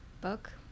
book